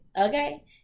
Okay